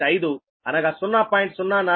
5 అనగా 0